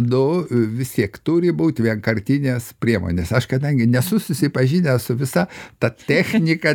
nu vis tiek turi būt vienkartinės priemonės aš kadangi nesu susipažinęs su visa ta technika